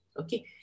Okay